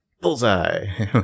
Bullseye